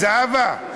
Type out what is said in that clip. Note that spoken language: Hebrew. זהבה,